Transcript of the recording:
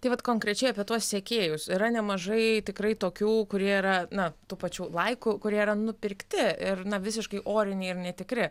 tai vat konkrečiai apie tuos sekėjus yra nemažai tikrai tokių kurie yra na tų pačių laikų kurie yra nupirkti ir na visiškai oriniai ir netikri